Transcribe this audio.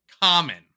common